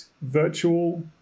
virtual